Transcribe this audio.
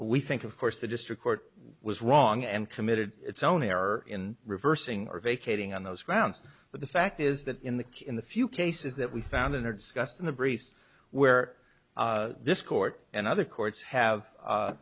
we think of course the district court was wrong and committed its own error in reversing or vacating on those grounds but the fact is that in the kit the few cases that we found and are discussed in the briefs where this court and other courts have